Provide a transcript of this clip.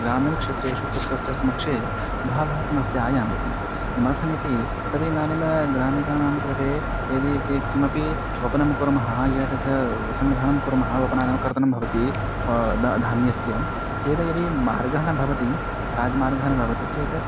ग्रामीणक्षेत्रेषु कृषिकस्य समक्ष बहवः समस्याः आयान्ति किमर्थम् इति तद् इदानीं ग्रामीकाणां कृते यदि से किमपि वपनं कुर्मः यद् स सङ्ग्रहणं कुर्मः वपनानां कर्तनं भवति फ़ द धान्यस्य चेत् यदि मार्गानां भवति राजमार्गान् भवति चेत्